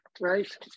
Right